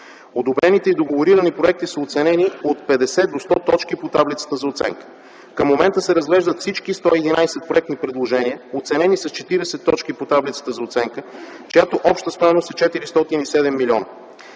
Одобрените и договорирани проекти са оценени от 50 до 100 точки по Таблицата за оценка. Към момента се разглеждат всички 111 проектни предложения, оценени с 40 точки по Таблицата за оценка, чиято обща стойност е 407 млн.